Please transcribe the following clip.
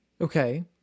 okay